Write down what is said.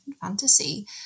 fantasy